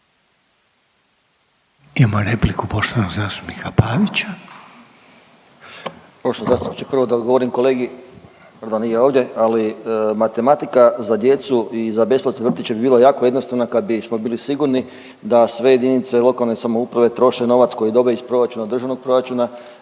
Željko (Socijaldemokrati)** Poštovani zastupniče, prvo da odgovorim kolegi, pardon, nije ovdje, ali matematika za djecu i za besplatne vrtiće bi bila jako jednostavna kad bismo bili sigurni da sve jedinice lokalne samouprave troše novac koji dođu iz proračuna, iz državnog proračuna